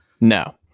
no